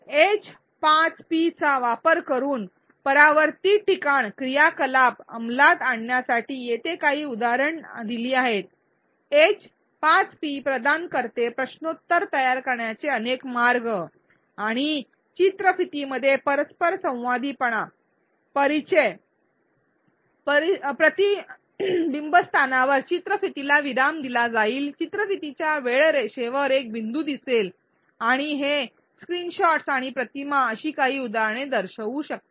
एच५पीचा वापर करून परावर्तित ठिकाण क्रियाकलाप अंमलात आणण्यासाठी येथे काही उदाहरणे दिली आहेत एच 5 पी प्रश्नोत्तर तयार करण्याचे आणि चित्रफितीमध्ये परस्परसंवादीपणा परिचय तयार करण्याचे अनेक मार्ग प्रदान करते प्रतिबिंबस्थानावर चित्रफितीला विराम दिला जाईल चित्रफितीच्या वेळरेषेवर एक बिंदू दिसेल आणि हे स्क्रीनशॉट्स आणि प्रतिमा अशी काही उदाहरणे दर्शवू शकतात